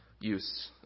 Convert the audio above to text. use